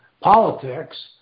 politics